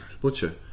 butcher